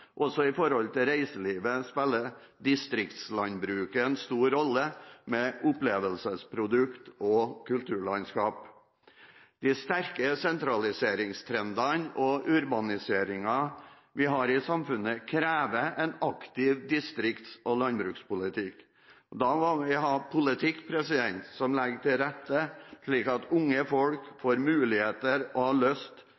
i distriktene. Også når det gjelder reiselivet, spiller distriktslandbruket en stor rolle, med opplevelsesprodukter og kulturlandskap. De sterke sentraliseringstrendene og urbaniseringen vi har i samfunnet, krever en aktiv distrikts- og landbrukspolitikk. Da må vi ha politikk som legger til rette for at unge folk